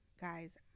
guys